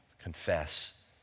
confess